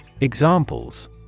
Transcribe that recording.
Examples